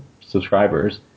subscribers